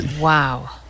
Wow